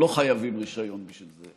לא חייבים רישיון בשביל זה.